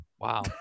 Wow